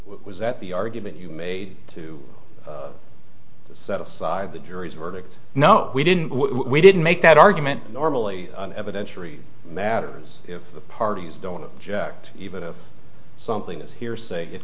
was that the argument you made to set aside the jury's verdict no we didn't we didn't make that argument normally evidence three that are is if the parties don't object even if something is hearsay it